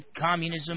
communism